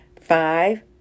Five